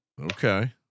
Okay